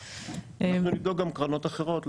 אנחנו נבדוק גם קרנות אחרות,